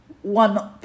One